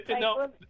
no